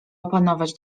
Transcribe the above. opanować